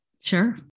Sure